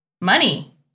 money